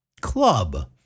club